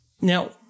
Now